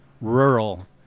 rural